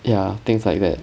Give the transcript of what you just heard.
ya things like that